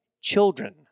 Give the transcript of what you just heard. children